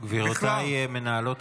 בכלל,